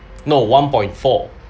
no one point four